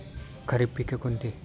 खरीप पिके कोणती?